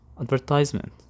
advertisement